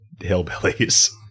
hillbillies